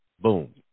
boom